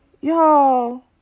Y'all